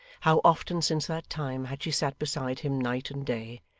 how often since that time had she sat beside him night and day,